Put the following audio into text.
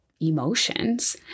emotions